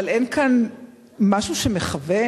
אבל אין כאן משהו שמכוון?